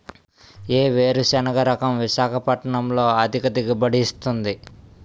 ఏ వేరుసెనగ రకం విశాఖపట్నం లో అధిక దిగుబడి ఇస్తుంది?